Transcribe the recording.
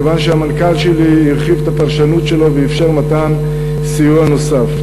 כיוון שהמנכ"ל שלי הרחיב את הפרשנות שלו ואפשר מתן סיוע נוסף.